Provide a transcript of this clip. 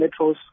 metros